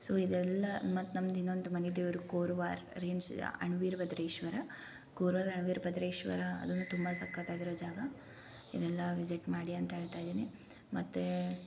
so ಇದೆಲ್ಲ ಮತ್ತು ನಮ್ದು ಇನ್ನೊಂದು ಮನೆ ದೇವರು ಕೋರ್ವಾರ ರೇಣ್ಸ ಅಣವೀರಭದ್ರೇಶ್ವರ ಕೋರ್ವಾರ ಅಣವೀರಭದ್ರೇಶ್ವರ ಅದು ತುಂಬ ಸಕ್ಕತಾಗಿರುವ ಜಾಗ ಇದೆಲ್ಲ ವಿಸಿಟ್ ಮಾಡಿ ಅಂತ ಹೇಳ್ತಾ ಇದೀನಿ ಮತ್ತು